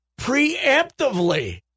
preemptively